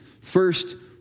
First